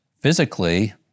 physically